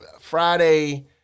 Friday